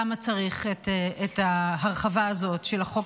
למה צריך את ההרחבה הזאת של החוק